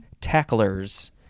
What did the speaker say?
tacklers